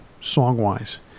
song-wise